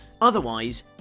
Otherwise